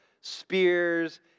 spears